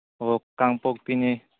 ꯑꯣ ꯀꯥꯡꯄꯣꯛꯄꯤꯅꯤ